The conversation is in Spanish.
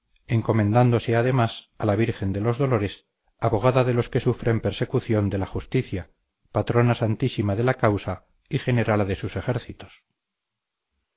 encomendándose además a la virgen de los dolores abogada de los que sufren persecución de la justicia patrona santísima de la causa y generala de sus ejércitos